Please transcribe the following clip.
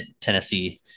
Tennessee